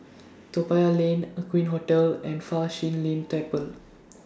Toa Payoh Lane Aqueen Hotel and Fa Shi Lin Temple